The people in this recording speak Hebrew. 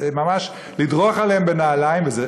ממש לדרוך עליהם בנעליים וזה,